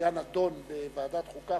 היה נדון בוועדת החוקה,